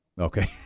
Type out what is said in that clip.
Okay